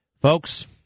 Folks